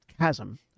chasm